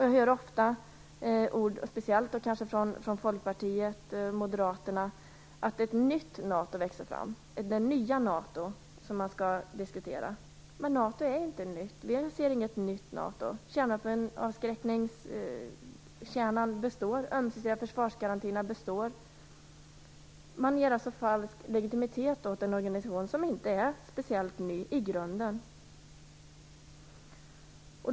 Jag hör ofta, kanske speciellt från Folkpartiet och Moderaterna, att ett nytt NATO växer fram och att det är detta nya NATO man skall diskutera. Men NATO är inte nytt. Vi ser inget nytt NATO. Kärnvapenavskräckningen och de ömsesidiga försvarsgarantierna består. Man ger alltså falsk legitimitet åt en organisation som i grunden inte alls är speciellt ny.